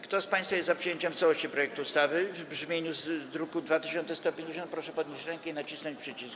Kto z państwa jest za przyjęciem w całości projektu ustawy w brzmieniu z druku nr 2150, proszę podnieść rękę i nacisnąć przycisk.